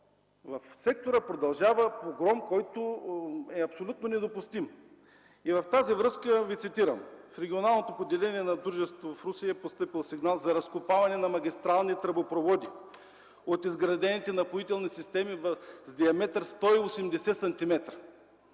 в сектора продължава погром, който е абсолютно недопустим. Във връзка с това Ви цитирам: „В регионалното поделение на дружеството в Русе е постъпил сигнал за разкопаване на магистрални тръбопроводи от изградените напоителни системи с диаметър 180 см”.